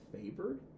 favored